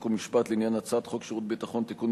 חוק ומשפט לעניין הצעת חוק שירות ביטחון (תיקון